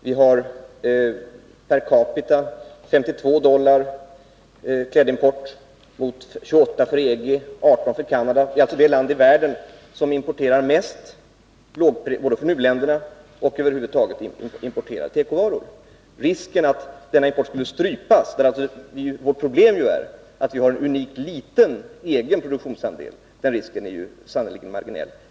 Vi har en klädimport på 52 dollar per capita mot 28 för EG och 18 för Canada. Sverige är alltså det land i världen som importerar mest tekovaror från u-länderna och tekovaror över huvud taget. Risken för att denna import skulle strypas är sannerligen marginell. Vårt problem är ju att vi har en unikt liten egen produktionsandel.